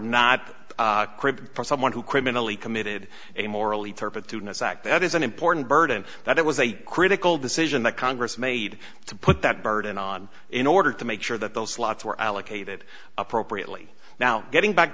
not for someone who criminally committed a morally turpitude us act that is an important burden that it was a critical decision that congress made to put that burden on in order to make sure that those slots were allocated appropriately now getting back